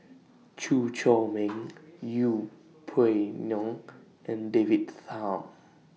Chew Chor Meng Yeng Pway Ngon and David Tham